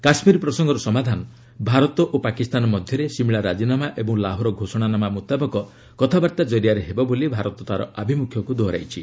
କାଶ୍ମୀର ପ୍ରସଙ୍ଗର ସମାଧାନ ଭାରତ ଓ ପାକିସ୍ତାନ ମଧ୍ୟରେ ସିମିଳା ରାଜିନାମା ଓ ଲାହୋର ଘୋଷଣାନାମା ମୁତାବକ କଥାବାର୍ତ୍ତା କରିଆରେ ହେବ ବୋଲି ଭାରତ ତାର ଆଭିମୁଖ୍ୟକୁ ଦୋହରାଇଛି